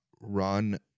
run